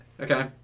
Okay